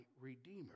redeemer